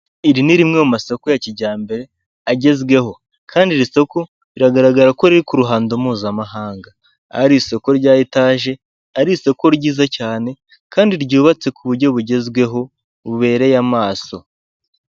Iri ni rimwe mu masoko ya kijyambere agezweho kandi iri soko biragaragara ko riri ku ruhando mpuzamahanga, ari isoko rya etage ari isoko ryiza cyane kandi ryubatse ku buryo bugezweho bubereye amaso.